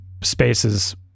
spaces